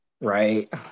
Right